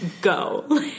go